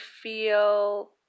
feel